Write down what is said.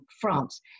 France